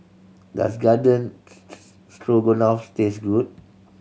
Does Garden Stroganoff taste good